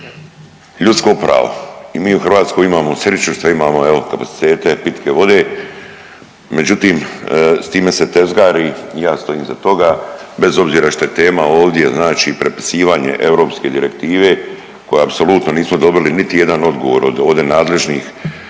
ljudsko pravo i mi u Hrvatskoj imamo sriću što imamo evo kapacitete pitke vode, međutim s time se tezgari i ja stojim iza toga bez obzira što je tema ovdje znači prepisivanje europske direktive koja apsolutno nismo dobili niti jedan odgovor od ovdje nadležnih,